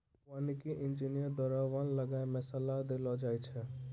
वानिकी इंजीनियर द्वारा वन लगाय मे सलाह देलो जाय छै